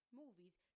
movies